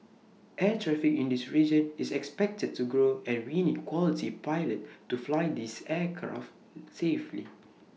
air traffic in this region is expected to grow and we need quality pilot to fly these aircraft safely